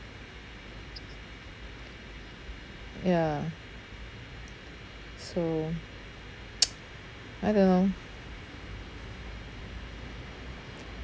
ya so I don't know